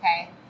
Okay